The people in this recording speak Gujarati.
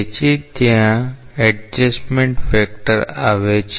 તેથી જ ત્યાં એડજસ્ટમેંટ ફેકટર આવે છે